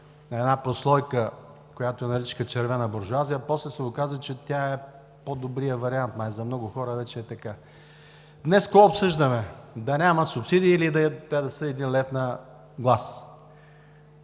на една прослойка, която наричаха червена буржоазия, а после се оказа, че тя е по-добрият вариант, май за много хора вече е така. Днес какво обсъждаме – да няма субсидии или те да са един лев на глас?